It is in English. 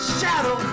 shadow